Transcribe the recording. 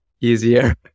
easier